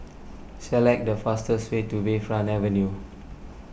select the fastest way to Bayfront Avenue